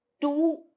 two